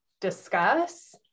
discuss